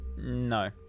No